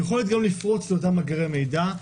יכולת גם לפרוץ לאותם מאגרי מידע,